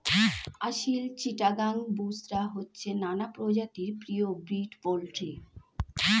আসিল, চিটাগাং, বুশরা হচ্ছে নানা প্রজাতির পিওর ব্রিড পোল্ট্রি